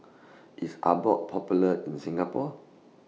IS Abbott Popular in Singapore